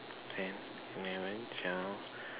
ten eleven twelve